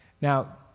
Now